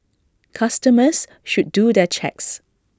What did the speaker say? customers should do their checks